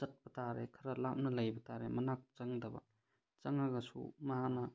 ꯆꯠꯄ ꯇꯥꯔꯦ ꯈꯔ ꯂꯥꯞꯅ ꯂꯩꯕ ꯇꯥꯔꯦ ꯃꯅꯥꯛ ꯆꯪꯗꯕ ꯆꯪꯉꯒꯁꯨ ꯃꯥꯅ